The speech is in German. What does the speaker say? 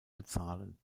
bezahlen